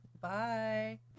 Bye